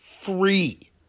free